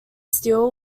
steel